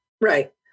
Right